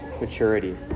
maturity